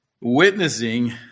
witnessing